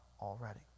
already